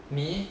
me